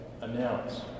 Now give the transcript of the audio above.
announce